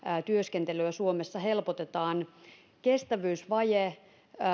työskentelyä suomessa helpotetaan kestävyysvaje